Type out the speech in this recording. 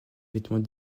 vêtements